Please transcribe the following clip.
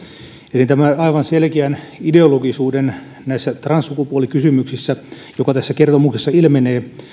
eli tämän aivan selkeän ideologisuuden näissä transsukupuolikysymyksissä mikä tässä kertomuksessa ilmenee